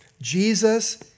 Jesus